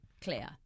clear